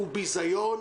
הוא ביזיון,